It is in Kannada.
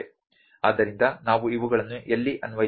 ಆದ್ದರಿಂದ ನಾವು ಇವುಗಳನ್ನು ಎಲ್ಲಿ ಅನ್ವಯಿಸುತ್ತೇವೆ